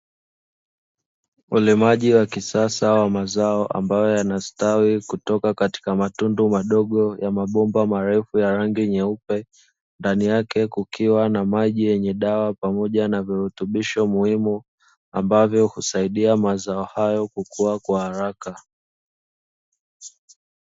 Ulimaji wa kisasa wa mazao ambayo yanastawi kutoka katika matundu madogo ya mabomba marefu ya rangi nyeupe, ndani yake kukiwa na maji yenye dawa pamoja na virutubisho muhimu, ambavyo husaidia mazao hayo kukua kwa haraka.